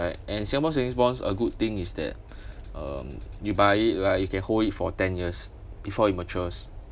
and singapore savings bonds a good thing is that um you buy it right you can hold it for ten years before it matures